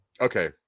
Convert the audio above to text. Okay